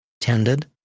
tended